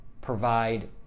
provide